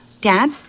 Dad